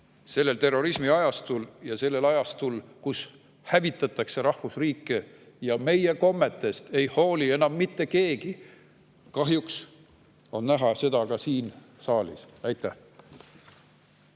minema terrorismiajastul ja sellel ajastul, kui hävitatakse rahvusriike ja meie kommetest ei hooli enam mitte keegi. Kahjuks on seda näha ka siin saalis. Aitäh!